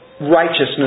righteousness